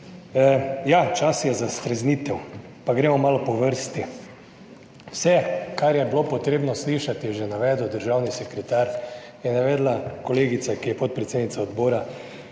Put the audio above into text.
Ja, čas je za streznitev. Pa gremo malo po vrsti. Vse, kar je bilo treba slišati, je že navedel državni sekretar, je navedla kolegica, ki je podpredsednica odbora.